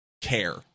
care